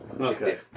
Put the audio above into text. Okay